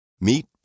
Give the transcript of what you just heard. Meet